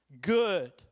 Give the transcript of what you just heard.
good